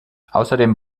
außerdem